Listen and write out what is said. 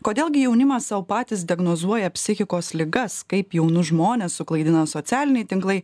kodėl gi jaunimas sau patys diagnozuoja psichikos ligas kaip jaunus žmones suklaidina socialiniai tinklai